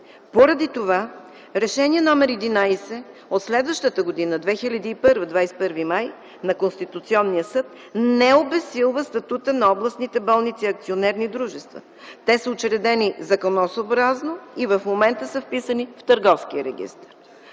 Поради това Решение № 11 от следващата година, 21 май 2001 г., на Конституционния съд не обезсилва статута на областните болници – акционерни дружества. Те са учредени законосъобразно и в момента са вписани в Търговския регистър.